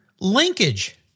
Linkage